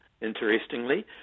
Interestingly